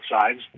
sides